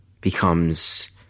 becomes